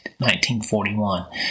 1941